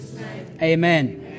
amen